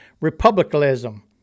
republicanism